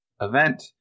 event